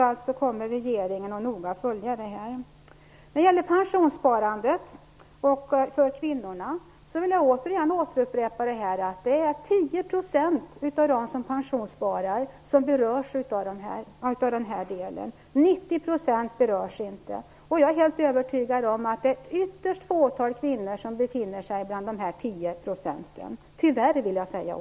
När det sedan gäller pensionssparandet för kvinnorna vill jag återigen upprepa att det är 10 % av pensionsspararna som berörs av detta. 90 % berörs inte. Jag är helt övertygad om att det är ett ytterst fåtal kvinnor som befinner sig bland dessa 10 %, tyvärr måste jag säga.